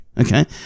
okay